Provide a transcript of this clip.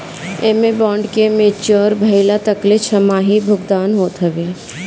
एमे बांड के मेच्योर भइला तकले छमाही भुगतान होत हवे